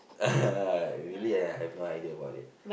really I have no idea about it